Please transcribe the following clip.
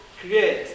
create